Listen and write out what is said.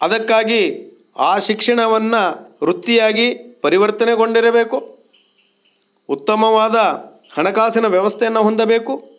ಅದಕ್ಕಾಗಿ ಆ ಶಿಕ್ಷಣವನ್ನು ವೃತ್ತಿಯಾಗಿ ಪರಿವರ್ತನೆಗೊಂಡಿರಬೇಕು ಉತ್ತಮವಾದ ಹಣಕಾಸಿನ ವ್ಯವಸ್ಥೆಯನ್ನು ಹೊಂದಬೇಕು